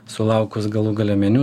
sulaukus galų gale meniu